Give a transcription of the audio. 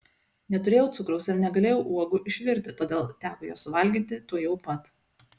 neturėjau cukraus ir negalėjau uogų išvirti todėl teko jas suvalgyti tuojau pat